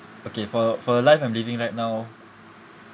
okay for for life I'm living right now